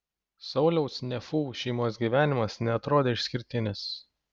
sauliaus nefų šeimos gyvenimas neatrodė išskirtinis